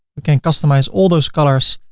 we can customize all those colors.